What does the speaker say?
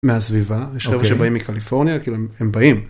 ‫מהסביבה, יש חבר'ה שבאים מקליפורניה, כיאלו, ‫הם באים.